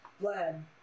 blood